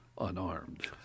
unarmed